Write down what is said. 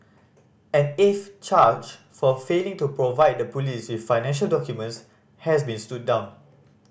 an eighth charge for failing to provide the police with financial documents has been stood down